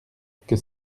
que